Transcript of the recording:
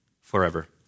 forever